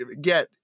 get